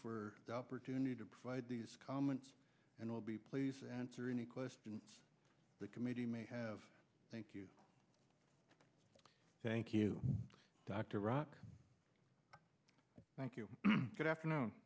for the opportunity to provide these comments and will be please answer any questions the committee may have thank you thank you dr rock thank you good afternoon